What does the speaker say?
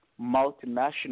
multinational